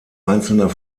einzelner